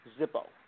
Zippo